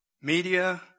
Media